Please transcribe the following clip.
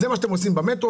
זה מה שאתם עושים במטרו,